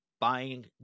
buying